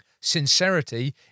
Sincerity